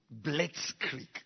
Blitzkrieg